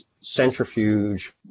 centrifuge